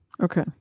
Okay